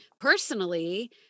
personally